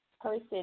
person